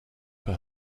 for